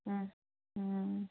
ꯎꯝ ꯎꯝ